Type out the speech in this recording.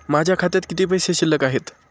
माझ्या खात्यात किती पैसे शिल्लक आहेत?